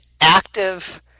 active